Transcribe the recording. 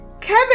Kevin